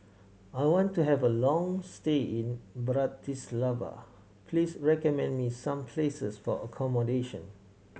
I want to have a long stay in Bratislava please recommend me some places for accommodation